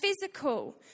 physical